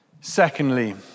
Secondly